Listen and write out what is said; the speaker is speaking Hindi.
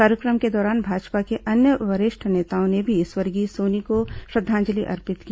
कार्यक्रम के दौरान भाजपा के अन्य वरिष्ठ नेताओं ने भी स्वर्गीय सोनी को श्रद्धांजलि अर्पित की